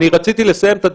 רציתי לסיים את הדיון,